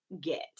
get